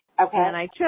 Okay